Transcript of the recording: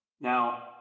Now